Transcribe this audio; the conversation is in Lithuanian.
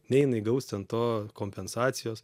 nei jinai gaus ten to kompensacijos